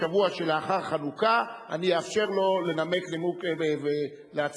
בשבוע שלאחר חנוכה אני אאפשר לו לנמק נימוק ולהצמיד